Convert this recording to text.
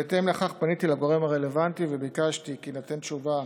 בהתאם לכך פניתי לגורם הרלוונטי וביקשתי כי תינתן תשובה